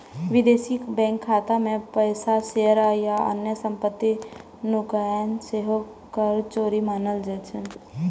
विदेशी बैंक खाता मे पैसा, शेयर आ अन्य संपत्ति नुकेनाय सेहो कर चोरी मानल जाइ छै